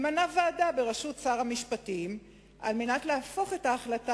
ממנה ועדה בראשות שר המשפטים על מנת להפוך את ההחלטה